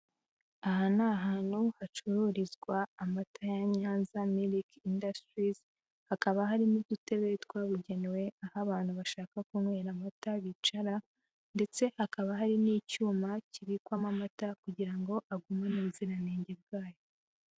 Aha ni ahantu hacururizwa amata ya Nyanza miriki indasitirizi, hakaba harimo udutebe twabugenewe aho abantu bashaka kunywera amata bicara ndetse hakaba hari n'icyuma kibikwamo amata kugira ngo agumane ubuziranenge bwayo.